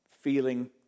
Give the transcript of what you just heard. feeling